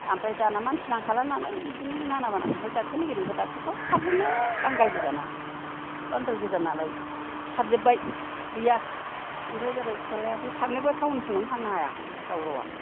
आमफ्राय दाना मानसि नांखाला नालाय बिदिनो नाना बाना होनबाय दाक्टारनि नेगिरहैबा दाक्टारफ्राबो खारजोबनाय बांगाल गोजा ना बांगाल गोजा नालाय खारजोबबाय गैया आमफ्राय जाबाय फिसालायाबो थांनोबो थाउनसिमखौनो थांनो हाया दावरावा